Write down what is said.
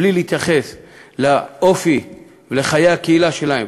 בלי להתייחס לאופי שלהם ולחיי הקהילה שלהם,